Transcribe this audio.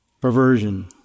perversion